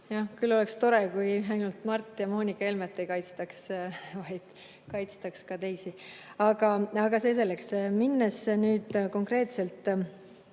Küll oleks tore, kui ainult Mart ja Moonika Helmet ei kaitstaks, vaid kaitstaks ka teisi. Aga see selleks. Lähen nüüd konkreetselt